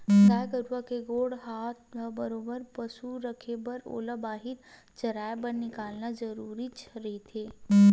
गाय गरुवा के गोड़ हात ल बरोबर पसुल रखे बर ओला बाहिर चराए बर निकालना जरुरीच रहिथे